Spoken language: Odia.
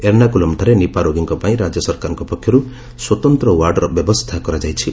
ଏର୍ଷାକୁଲମ୍ଠାରେ ନିପା ରୋଗୀଙ୍କ ପାଇଁ ରାଜ୍ୟ ସରକାରଙ୍କ ପକ୍ଷରୁ ସ୍ୱତନ୍ତ୍ର ୱାର୍ଡ଼ର ବ୍ୟବସ୍ଥା କରାଯାଇଛି